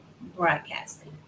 broadcasting